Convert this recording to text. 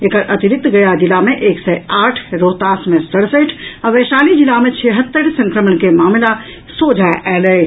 एकर अतिरिक्त गया जिला मे एक सय आठ रोहतास मे सड़सठि आ वैशाली जिला मे छिहत्तरि संक्रमण के मामिला सोझा आयल अछि